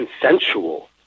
consensual